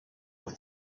have